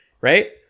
right